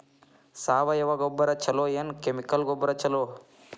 ಸಾವಯವ ಗೊಬ್ಬರ ಛಲೋ ಏನ್ ಕೆಮಿಕಲ್ ಗೊಬ್ಬರ ಛಲೋ?